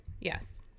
Yes